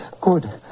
Good